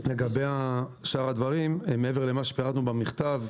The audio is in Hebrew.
לגבי שאר הדברים, מעבר למה שפטרנו במכתב,